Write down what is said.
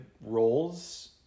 roles